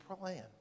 plan